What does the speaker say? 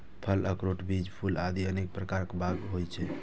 फल, अखरोट, बीज, फूल आदि अनेक प्रकार बाग होइ छै